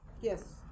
Yes